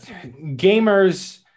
gamers